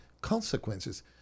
consequences